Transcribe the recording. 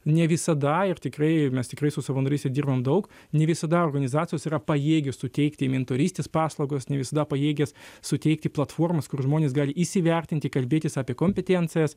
ne visada ir tikrai mes tikrai su savanoryste dirbam daug ne visada organizacijos yra pajėgios suteikti mentorystės paslaugas ne visada pajėgios suteikti platformas kur žmonės gali įsivertinti kalbėtis apie kompetencijas